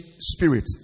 spirit